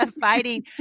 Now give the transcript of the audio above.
fighting